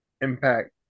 impact